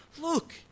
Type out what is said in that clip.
look